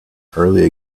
early